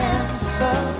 answer